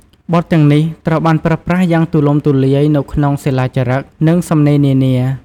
បទទាំងនេះត្រូវបានប្រើប្រាស់យ៉ាងទូលំទូលាយនៅក្នុងសិលាចារឹក និងសំណេរនានា។